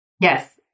Yes